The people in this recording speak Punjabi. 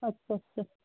ਅੱਛਾ ਅੱਛਾ